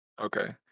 Okay